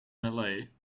malay